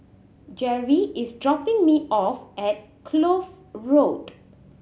Geri is dropping me off at Kloof Road